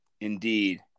indeed